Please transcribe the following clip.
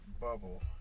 bubble